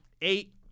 eight